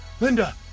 Linda